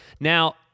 now